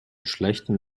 schlechtem